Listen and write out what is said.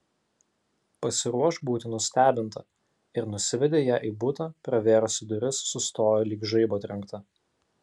pasiruošk būti nustebinta ir nusivedė ją į butą pravėrusi duris sustojo lyg žaibo trenkta